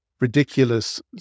ridiculous